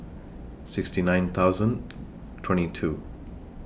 sixty nine thousand twenty two